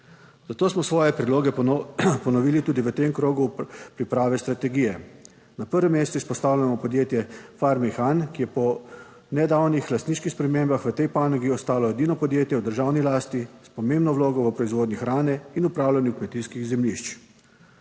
Zato smo svoje predloge ponovili tudi v tem krogu priprave strategije. Na prvem mestu izpostavljamo podjetje Farme Ihan, ki je po nedavnih lastniških spremembah v tej panogi ostalo edino podjetje v 47. TRAK: (SC) – 12.50 (nadaljevanje) državni lasti s pomembno vlogo v proizvodnji hrane in upravljanju kmetijskih zemljišč.